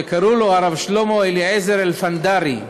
שקראו לו הרב שלמה אליעזר אלפנדרי.